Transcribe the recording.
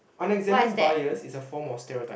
unexamined bias is a form of stereotype